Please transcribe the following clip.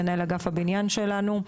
מנהל אגף הבניין שלנו.